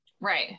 Right